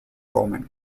roman